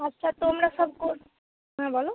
আচ্ছা তোমরা সব কোন হ্যাঁ বলো